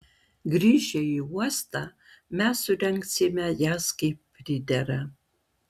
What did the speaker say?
grįžę į uostą mes surengsime jas kaip pridera